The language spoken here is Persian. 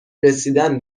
رسیدن